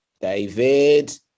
David